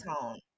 tone